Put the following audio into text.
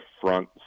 front